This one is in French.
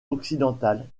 occidentale